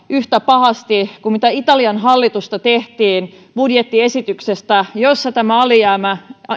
kovistelemaan yhtä pahasti kuin italian hallitusta kovisteltiin budjettiesityksestä jossa alun perin alijäämän